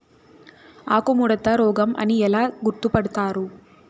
ఆకుముడత రోగం అని ఎలా గుర్తుపడతారు?